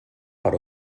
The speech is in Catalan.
per